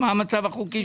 בלי הנושא של נכס נטוש.